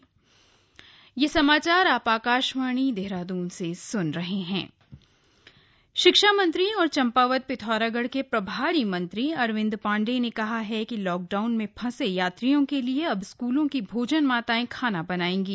corona Champawat शिक्षा मंत्री और चंपावत पिथौरागढ़ के प्रभारी मंत्री अरविंद पाण्डेय ने कहा है कि लॉकडाउन में फंसे यात्रियों के लिए अब स्कूलों की भोजनमाताएं खाना बनाएंगी